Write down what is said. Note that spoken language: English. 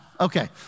Okay